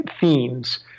themes